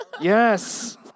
Yes